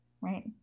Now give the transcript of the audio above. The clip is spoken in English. right